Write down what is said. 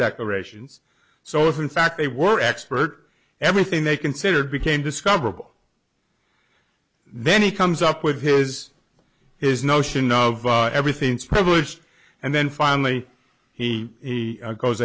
decorations so if in fact they were expert everything they considered became discoverable then he comes up with his his notion of everything's privileged and then finally he he goes